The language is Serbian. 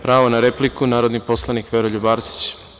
Pravo na repliku ima narodni poslanik Veroljub Arsić.